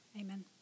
Amen